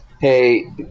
Hey